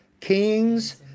kings